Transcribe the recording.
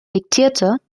diktierte